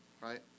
right